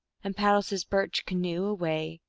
and paddles his birch canoe away,